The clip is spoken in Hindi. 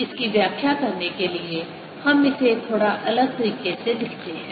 इसकी व्याख्या करने के लिए हम इसे थोड़ा अलग तरीके से लिखते हैं